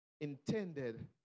intended